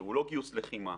שהוא לא גיוס לחימה,